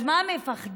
אז מה אתם מפחדים,